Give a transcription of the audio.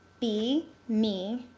b mi